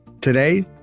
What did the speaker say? Today